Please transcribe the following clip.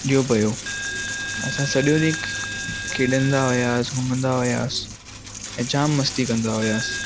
असां सजो ॾींहुं खेॾींदा हुआसीं घुमंदा हुआसीं ऐ जामु मस्ती कंदा हुआसीं